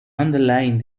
underlying